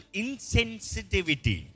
insensitivity